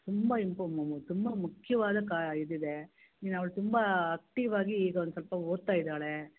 ತುಂಬ ಇಂಪಾಮೊಮೊ ತುಂಬ ಮುಖ್ಯವಾದ ಕಾ ಇದಿದೆ ನೀನು ಅವ್ಳು ತುಂಬಾ ಆಕ್ಟಿವ್ ಆಗಿ ಈಗ ಒಂದು ಸ್ವಲ್ಪ ಓದ್ತಾ ಇದ್ದಾಳೆ